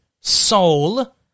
Soul